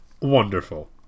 wonderful